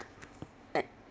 Z>